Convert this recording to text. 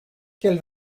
quel